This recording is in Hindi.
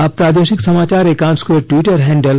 आप प्रादेशिक समाचार एकांश के ट्विटर हैंडल